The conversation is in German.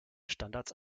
standards